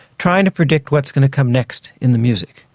trying to predict what's going to come next in the music.